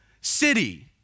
city